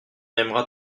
aimera